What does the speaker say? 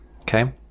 okay